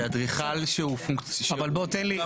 זה אדריכל שהוא --- אבל בוא תן לי לסיים.